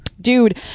dude